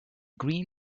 green